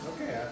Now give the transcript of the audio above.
Okay